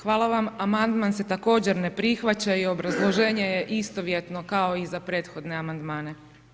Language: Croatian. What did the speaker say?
Hvala vam, amandman se također ne prihvaća i obrazloženje je istovjetno kao i za prethodne amandmane.